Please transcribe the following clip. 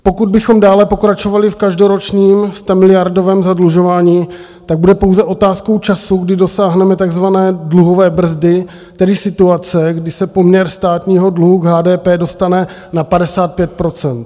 Pokud bychom dále pokračovali v každoročním stamiliardovém zadlužování, tak bude pouze otázkou času, kdy dosáhneme takzvané dluhové brzdy, tedy situace, kdy se poměr státního dluhu k HDP dostane na 55 %.